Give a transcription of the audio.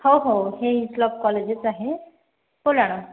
हो हो हे ईतलाप कॉलेजच आहे बोला ना